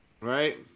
Right